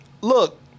look